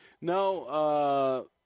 No